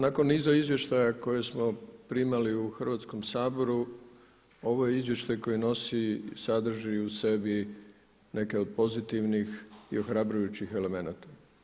Nakon niza izvještaja koje smo primali u Hrvatskom saboru, ovo je izvješće koje nosi i sadrži u sebi neke od pozitivnih i ohrabrujućih elemenata.